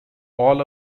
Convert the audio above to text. all